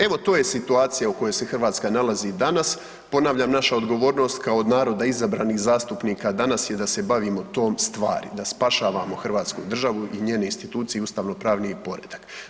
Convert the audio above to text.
Evo to je situacija u kojoj se Hrvatska nalazi danas, ponavljam naša odgovornost kao od naroda izbranih zastupnika danas je da se bavimo tom stvari, da spašavamo hrvatsku državu i njene institucije i ustavnopravni poredak.